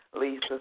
Lisa